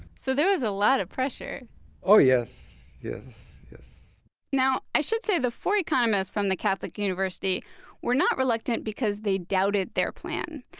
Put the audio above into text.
so there's a lot of pressure oh, yes, yes, yes now, i should say the four economists from the catholic university were not reluctant because they doubted their plan.